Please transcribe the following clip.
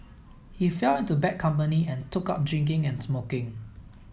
he fell into bad company and took up drinking and smoking